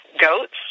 GOATS